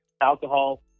alcohol